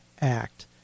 act